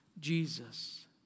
Jesus